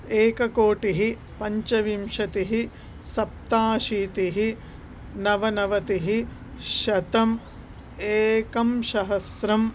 एककोटिः पञ्चविंशतिः सप्ताशीतिः नवनवतिः शतम् एकसहस्रम्